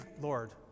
Lord